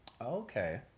okay